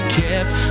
kept